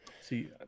see